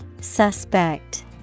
Suspect